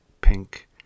pink